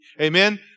Amen